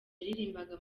yaririmbaga